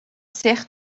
ser